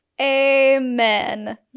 Amen